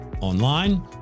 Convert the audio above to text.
online